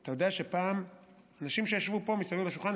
אתה יודע שפעם האנשים שישבו פה מסביב לשולחן,